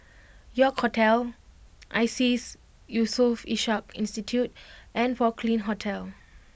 York Hotel Iseas Yusof Ishak Institute and Porcelain Hotel